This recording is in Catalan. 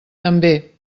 també